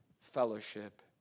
fellowship